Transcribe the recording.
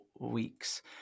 weeks